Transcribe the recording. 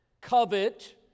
covet